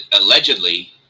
allegedly